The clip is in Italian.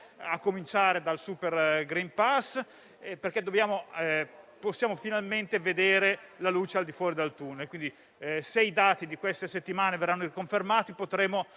a cominciare dal *super* *green pass*, perché possiamo finalmente vedere la luce al di fuori del tunnel. Se i dati delle ultime settimane verranno confermati, potremo